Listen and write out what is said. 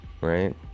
right